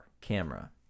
camera